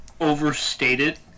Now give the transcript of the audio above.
overstated